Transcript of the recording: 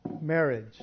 Marriage